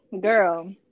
girl